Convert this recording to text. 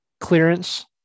clearance